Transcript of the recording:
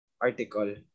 article